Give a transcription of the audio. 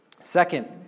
Second